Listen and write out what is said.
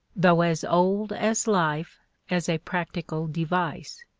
though as old as life as a practical device.